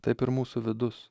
taip ir mūsų vidus